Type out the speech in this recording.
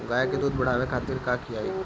गाय के दूध बढ़ावे खातिर का खियायिं?